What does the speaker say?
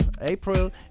april